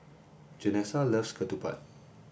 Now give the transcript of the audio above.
Janessa loves ketupat